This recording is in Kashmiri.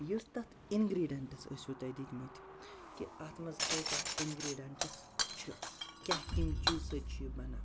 یُس تَتھ اِنگرٛیٖڈَنٹٕز ٲسوٕ تۄہہِ دِتمٕتۍ کہِ اَتھ منٛز کۭتیٛاہ اِنگرٛیٖڈَنٛٹٕز چھِ کیٛاہ کٔمہِ چیٖز سۭتۍ چھِ یہِ بَنان